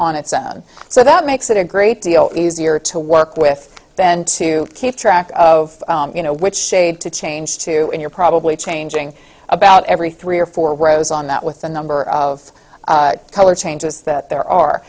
own so that makes it a great deal easier to work with then to keep track of you know which shade to change to and you're probably changing about every three or four rows on that with the number of color changes that there are